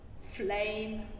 flame